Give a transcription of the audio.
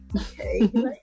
Okay